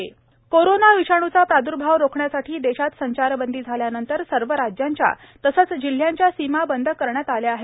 container PTC Yavatmal corona विषाणूचा प्राद्र्भाव रोखण्यासाठी देशात संचारबंदी झाल्यानंतर सर्व राज्यांच्या तसेच जिल्ह्यांच्या सीमा बंद करण्यात आल्या आहेत